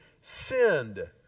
sinned